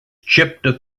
chipped